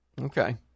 Okay